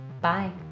bye